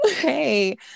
Hey